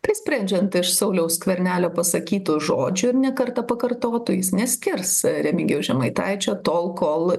tai sprendžiant iš sauliaus skvernelio pasakytų žodžių ir ne kartą pakartotų jis neskirs remigijaus žemaitaičio tol kol